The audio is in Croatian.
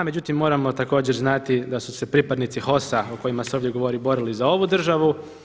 Međutim, moramo također znati da su se pripadnici HOS-a o kojima se ovdje govori borili za ovu državu.